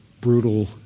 brutal